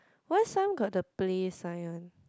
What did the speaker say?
why some got the play sign one